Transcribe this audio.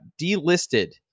delisted